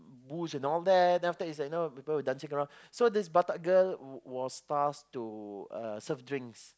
booze and all that then after is that you know people were dancing around so this batak girl was was tasked to uh serve drinks